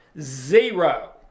zero